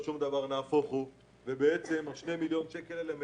מאיפה הם יביאו שני מיליון שקל?